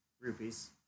Rupees